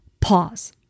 pause